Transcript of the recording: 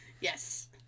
Yes